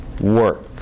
work